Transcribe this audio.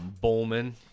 Bowman